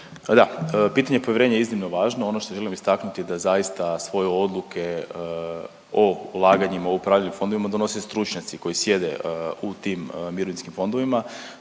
Da, pitanje povjerenja je iznimno važno. Ono što želim istaknuti da zaista svoje odluke o ulaganjima u upravljanje fondovima donose stručnjaci koji sjede u tim mirovinskim fondovima,